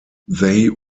they